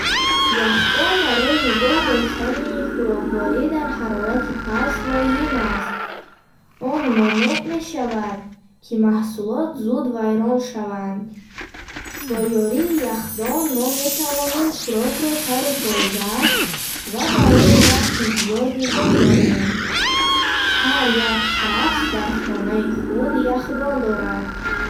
Яхдон барои нигоҳ доштани хӯрокворӣ дар ҳарорати паст лозим аст. Он монеъ мешавад, ки маҳсулот зуд вайрон шаванд. Бо ёрии яхдон мо метавонем хӯрокро тару тоза ва барои вақти зиёд нигоҳ дорем. Ҳар як шахс дар хонаи худ яхдон дорад.